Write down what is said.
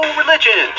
religion